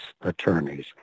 attorneys